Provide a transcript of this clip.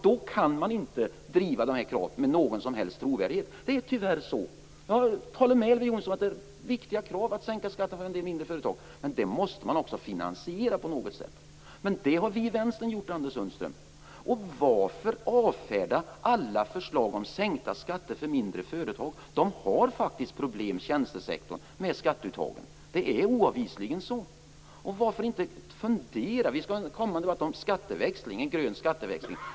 Då kan man inte driva de här kraven med någon som helst trovärdighet. Det är tyvärr så. Jag håller med Elver Jonsson om att det är viktiga krav att sänka skatten för en del mindre företag. Men man måste också finansiera detta på något sätt. Det har dock vi i Vänstern gjort, Anders Sundström. Varför avfärda alla förslag om sänkta skatter för mindre företag? Det finns faktiskt problem med skatteuttaget i tjänstesektorn. Det är oavvisligen så. Varför inte fundera på detta? Vi skall ha en kommande debatt om skatteväxling, grön skatteväxling.